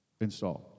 installed